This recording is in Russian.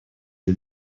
для